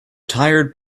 tired